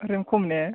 रेम खम ने